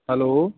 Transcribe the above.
hello